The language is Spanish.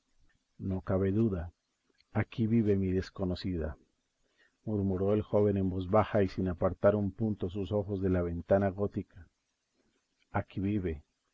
no cabe duda aquí vive mi desconocida murmuró el joven en voz baja y sin apartar un punto sus ojos de la ventana gótica aquí vive